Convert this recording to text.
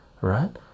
right